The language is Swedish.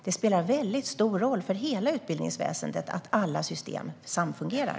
Det spelar stor roll för hela utbildningsväsendet att alla system samfungerar.